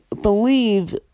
believe